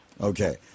Okay